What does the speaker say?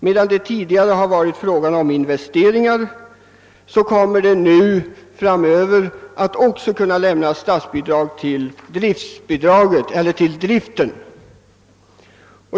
Medan det tidigare varit fråga om investeringar kommer det framdeles att också kunna lämnas statsbidrag till driften.